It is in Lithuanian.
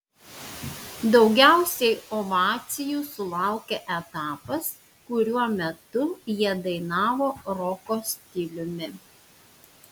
daugiausiai ovacijų sulaukė etapas kurio metu jie dainavo roko stiliumi